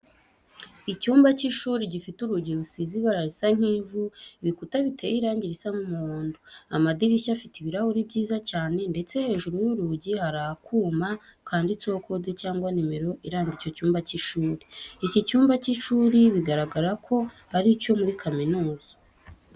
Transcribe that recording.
Icyumba cy'ishuri gifite urugi rusize ibara risa nk'ivu, ibikuta biteye irangi risa nk'umuhondo. Amadirishya afite ibirahuri byiza cyane ndetse hejuru y'urugi hari akuma kanditseho kode cyangwa nimero iranga icyo cyumba cy'ishuri. Iki cyumba cy'ishuri biragaragara ko ari icyo muri kaminuza.